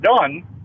done